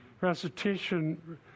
recitation